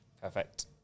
perfect